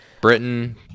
Britain